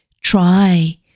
try